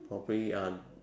hopefully uh